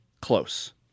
close